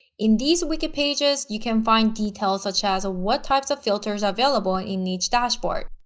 in these wiki pages you can find details such as what types of filters are available in each dashboard.